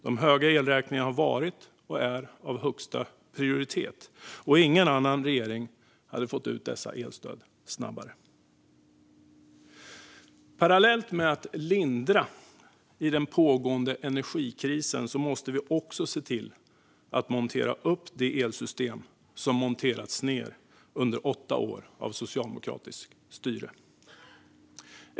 De höga elräkningarna har varit och är av högsta prioritet, och ingen annan regering hade fått ut dessa elstöd snabbare. Parallellt med att lindra i den pågående energikrisen måste vi se till att montera upp det elsystem som monterats ned under åtta år av socialdemokratiskt styre.